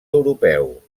europeu